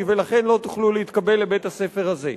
ולכן לא תוכלו להתקבל לבית-הספר הזה,